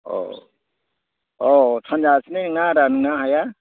अ अ सानजाथिंजाय ना आदा नोंना हाया